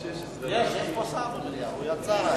יש פה שר במליאה, הוא יצא.